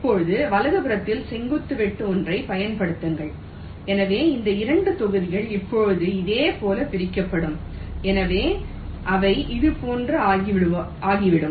இப்போது வலது புறத்தில் செங்குத்து வெட்டு ஒன்றைப் பயன்படுத்துங்கள் எனவே இந்த 2 தொகுதிகள் இப்போது இதேபோல் பிரிக்கப்படும் எனவே அவை இதுபோன்று ஆகிவிடும்